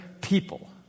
people